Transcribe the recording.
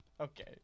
Okay